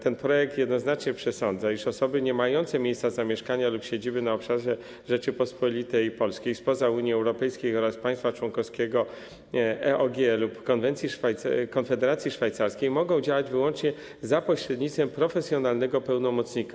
Ten projekt jednoznacznie przesądza, iż osoby niemające miejsca zamieszkania lub siedziby na obszarze Rzeczypospolitej Polskiej, Unii Europejskiej oraz państwa członkowskiego EOG lub Konfederacji Szwajcarskiej mogą działać wyłącznie za pośrednictwem profesjonalnego pełnomocnika.